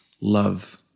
love